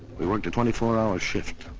we worked a twenty four hour shift.